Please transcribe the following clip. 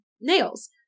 nails